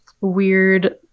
weird